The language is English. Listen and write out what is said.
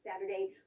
Saturday